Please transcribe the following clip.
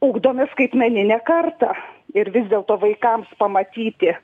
ugdome skaitmeninę kartą ir vis dėlto vaikams pamatyti